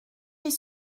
est